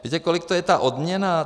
Víte, kolik to je ta odměna?